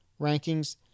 rankings